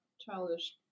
childish